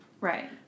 Right